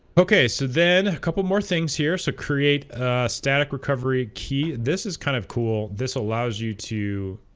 okay so then a couple more things here so create a static recovery key this is kind of cool this allows you to